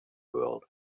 world